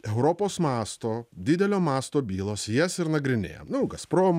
europos masto didelio masto bylos jas ir nagrinėjam nuo gazprom